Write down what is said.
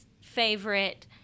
favorite